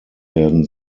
werden